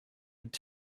could